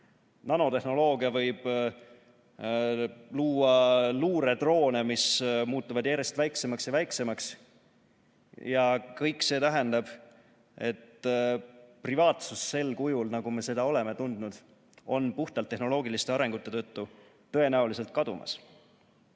Nanotehnoloogia võib luua luuredroone, mis muutuvad järjest väiksemaks ja väiksemaks. Kõik see tähendab, et privaatsus sel kujul, nagu me seda oleme tundnud, on puhtalt tehnoloogiliste arengute tõttu tõenäoliselt kadumas.